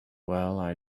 well—i